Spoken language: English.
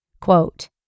Quote